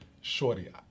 shorty